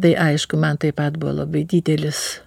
tai aišku man tai pat labai didelis